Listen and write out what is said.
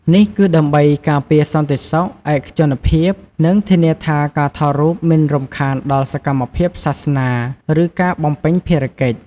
នេះគឺដើម្បីការពារសន្តិសុខ ឯកជនភាព និងធានាថាការថតរូបមិនរំខានដល់សកម្មភាពសាសនា ឬការបំពេញភារកិច្ច។